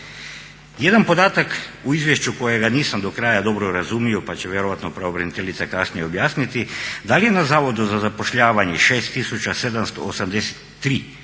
Jedan podatak u izvješću kojega nisam do kraja dobro razumio, pa će vjerojatno pravobraniteljica kasnije objasniti da li je na Zavodu za zapošljavanje 6783 osoba